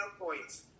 points